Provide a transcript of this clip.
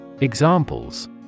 Examples